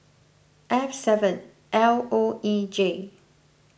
F seven L O E J